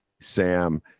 Sam